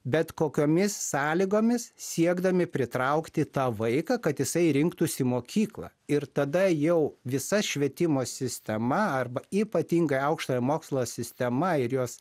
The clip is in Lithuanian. bet kokiomis sąlygomis siekdami pritraukti tą vaiką kad jisai rinktųsi mokyklą ir tada jau visa švietimo sistema arba ypatingai aukštojo mokslo sistema ir jos